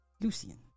Lucian